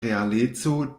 realeco